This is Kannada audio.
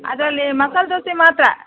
ಅದರಲ್ಲಿ ಮಸಾಲೆ ದೋಸೆ ಮಾತ್ರ